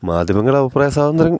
മാധ്യമങ്ങൾ അഭിപ്രായ സ്വാതന്ത്ര്യം